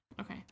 Okay